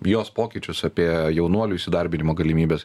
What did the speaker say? jos pokyčius apie jaunuolių įsidarbinimo galimybes